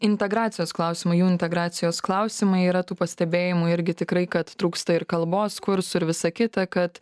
integracijos klausimai jų integracijos klausimai yra tų pastebėjimų irgi tikrai kad trūksta ir kalbos kursų ir visa kita kad